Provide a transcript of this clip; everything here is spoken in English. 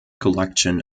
collection